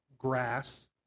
grass